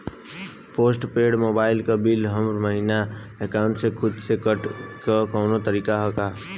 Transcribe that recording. Post paid mobile क bill हर महिना एकाउंट से खुद से कटे क कौनो तरीका ह का?